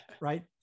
Right